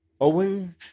Owen